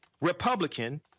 Republican